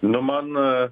nu man